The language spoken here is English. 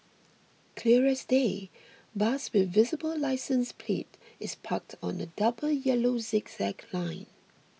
clear as day bus with visible licence plate is parked on a double yellow zigzag line